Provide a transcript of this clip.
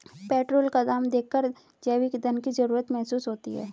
petrol का दाम देखकर जैविक ईंधन की जरूरत महसूस होती है